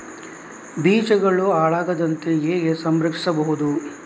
ಬೀಜಗಳು ಹಾಳಾಗದಂತೆ ಹೇಗೆ ಸಂರಕ್ಷಿಸಬಹುದು?